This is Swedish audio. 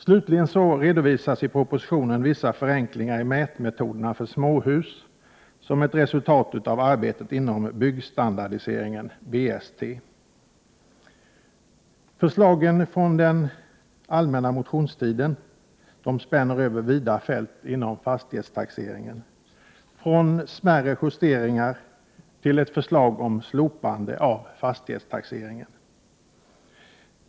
Slutligen redovisas i propositionen vissa förenklingar i mätmeto TE Förslagen från den allmänna motionstiden spänner över vida fält inom fastighetstaxeringen, från smärre justeringar till ett förslag om slopande av fastighetstaxeringen.